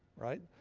right?